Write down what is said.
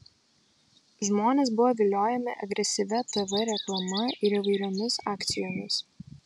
žmonės buvo viliojami agresyvia tv reklama ir įvairiomis akcijomis